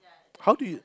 how do you